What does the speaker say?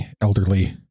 elderly